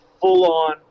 full-on